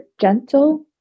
gentle